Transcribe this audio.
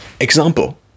Example